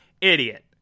idiot